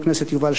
בבקשה.